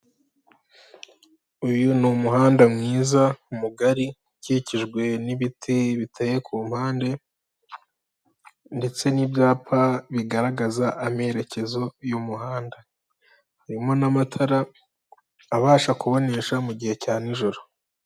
Uyu ni umuhanda mwiza mugari ukikijwe n'ibiti biteye ku mpande ndetse n'ibyapa bigaragaza amerekezo y'umuhanda, urimo n'amatara abasha kubonesha mu gihe cya n'ijoro.